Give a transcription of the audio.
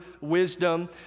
wisdom